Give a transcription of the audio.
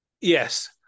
Yes